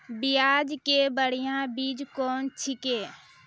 प्याज के बढ़िया बीज कौन छिकै?